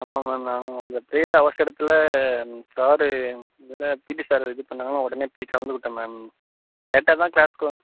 ஆமாம் மேம் அந்த பிரீயடு அவசரத்தில் கார்டு இல்லை பீடி சார் இது பண்ணதில் உடனே போய் கலந்துக்கிட்டேன் மேம் லேட்டாகதான் கிளாஸ்க்கு வந்